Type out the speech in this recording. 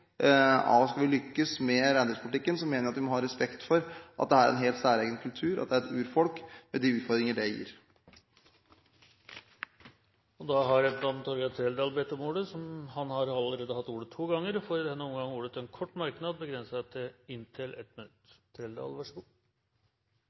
av. Skal man lykkes med reindriftspolitikken, mener jeg vi må ha respekt for at det er en helt særegen kultur, og at det er et urfolk, med de utfordringer det gir. Torgeir Trældal har hatt ordet to ganger tidligere og får ordet